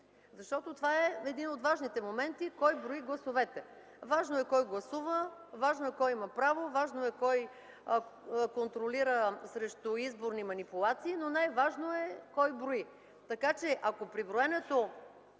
от избори. Един от важните моменти е кой брои гласовете. Важно е кой гласува, важно е кой има право, важно е кой контролира срещу изборни манипулации, но най-важно е кой брои! Така че ако при броенето